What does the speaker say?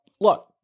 look